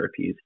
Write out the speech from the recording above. therapies